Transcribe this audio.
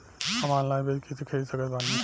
हम ऑनलाइन बीज कइसे खरीद सकत बानी?